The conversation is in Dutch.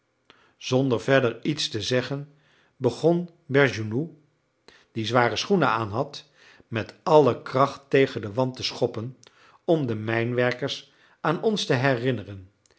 zonder verder iets te zeggen begon bergounhoux die zware schoenen aanhad met alle kracht tegen den wand te schoppen om de mijnwerkers aan ons te herinneren